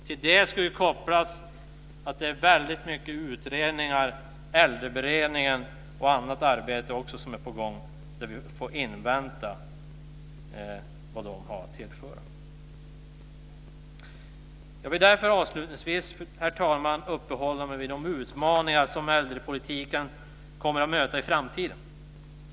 Till det ska kopplas att det är väldigt mycket utredningar, Äldreberedningen och också annat arbete, som är på gång. Vi får invänta vad de har att tillföra. Jag vill därför avslutningsvis, herr talman, uppehålla mig vid de utmaningar som äldrepolitiken kommer att möta i framtiden.